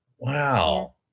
Wow